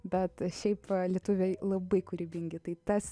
bet šiaip lietuviai labai kūrybingi tai tas